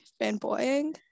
fanboying